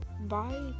bye